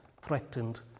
threatened